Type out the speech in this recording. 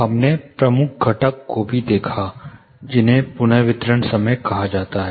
हमने प्रमुख घटक को भी देखा जिसे पुनर्वितरण समय कहा जाता है